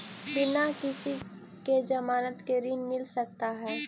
बिना किसी के ज़मानत के ऋण मिल सकता है?